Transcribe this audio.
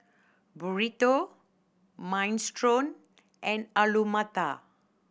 Burrito Minestrone and Alu Matar